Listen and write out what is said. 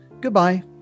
Goodbye